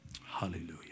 Hallelujah